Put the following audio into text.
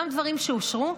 גם דברים שאושרו,